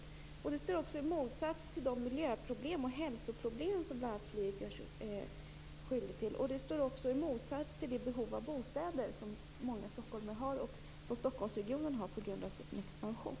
Affärsresenärernas intresse står också i motsats till de miljöproblem och hälsoproblem som bl.a. flyget ger upphov till, och det står i motsats till det behov av bostäder som många stockholmare har och som Stockholmsregionen har på grund av sin expansion.